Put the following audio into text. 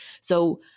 So-